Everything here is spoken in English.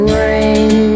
rain